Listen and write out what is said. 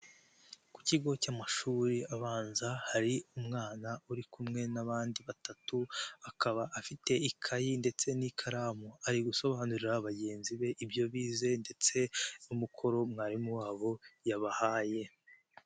Ku kigo cy'amashuri abanza hari umwana uri kumwe n'abandi batatu ,akaba afite ikayi ndetse n'ikaramu, ari gusobanurira bagenzi be ibyo bize ndetse n'umukoro mwarimu wabo yabahaye.